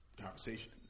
conversation